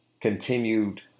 continued